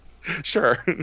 sure